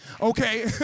okay